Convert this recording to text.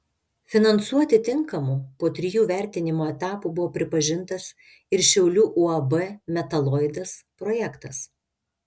finansuoti tinkamu po trijų vertinimo etapų buvo pripažintas ir šiaulių uab metaloidas projektas